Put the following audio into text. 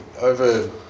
Over